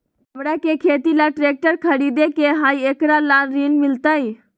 हमरा के खेती ला ट्रैक्टर खरीदे के हई, एकरा ला ऋण मिलतई?